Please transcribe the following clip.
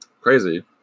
crazy